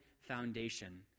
foundation